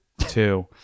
two